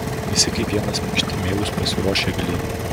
visi kaip vienas minkšti meilūs pasiruošę glėbiui